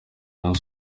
rayon